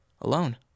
Alone